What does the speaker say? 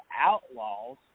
Outlaws